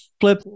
flip